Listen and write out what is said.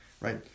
right